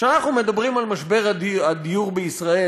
כשאנחנו מדברים על משבר הדיור בישראל,